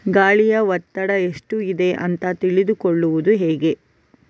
ಗಾಳಿಯ ಒತ್ತಡ ಎಷ್ಟು ಇದೆ ಅಂತ ತಿಳಿದುಕೊಳ್ಳುವುದು ಹೇಗೆ?